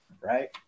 Right